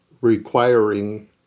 requiring